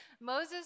Moses